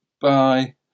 bye